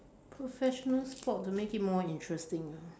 professional sport to make it more interesting ah